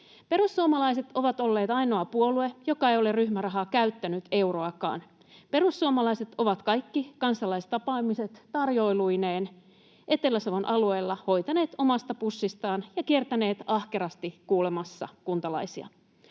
Perussuomalaiset ovat olleet ainoa puolue, joka ei ole ryhmärahaa käyttänyt euroakaan. Perussuomalaiset ovat kaikki kansalaistapaamiset tarjoiluineen Etelä-Savon alueella hoitaneet omasta pussistaan ja kiertäneet ahkerasti kuulemassa kuntalaisia.